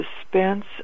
suspense